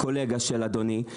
קולגה של אדוני.